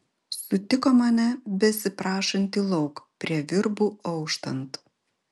sutiko mane besiprašantį lauk prie virbų auštant